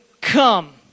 come